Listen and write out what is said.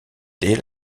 dès